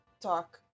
talk